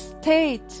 state